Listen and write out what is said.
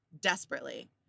desperately